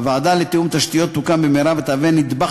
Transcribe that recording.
הוועדה לתיאום תשתיות תוקם במהרה ותהווה נדבך